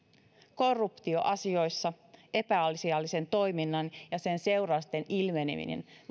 korruptioasioissa epäasiallisen toiminnan ja sen seurausten ilmeneminen